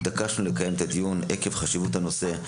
התעקשנו לקיים את הדיון הזה עקב חשיבות הנושא.